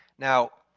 now,